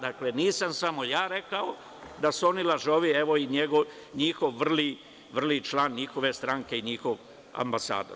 Dakle, nisam samo ja rekao da su oni lažovi, evo i njihov vrli član njihove stranke i njihov ambasador.